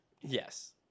yes